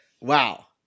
Wow